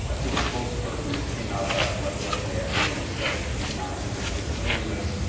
ah through a spokesperson, just came out late yesterday afternoon and said she's not interested in doing this.